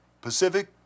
pacific